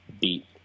beat